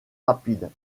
rapides